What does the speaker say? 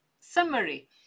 summary